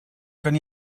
kan